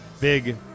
big